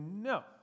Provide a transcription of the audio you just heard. no